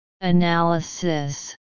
analysis